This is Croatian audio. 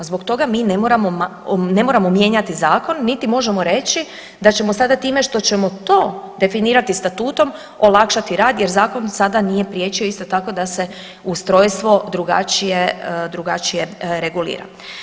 Zbog toga mi ne moramo mijenjati zakon niti možemo reći da ćemo sada time što ćemo to definirati statutom olakšati rad jer zakon sada nije priječio isto tako da se ustrojstvo drugačije, drugačije regulira.